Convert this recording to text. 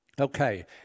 Okay